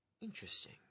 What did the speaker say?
Interesting